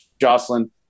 Jocelyn